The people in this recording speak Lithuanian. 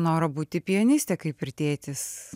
noro būti pianistė kaip ir tėtis